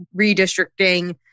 redistricting